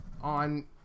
on